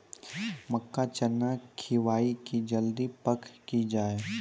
मक्का चना सिखाइए कि जल्दी पक की जय?